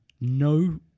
no